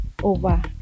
over